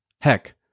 Heck